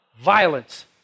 Violence